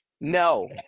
No